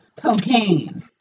cocaine